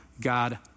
God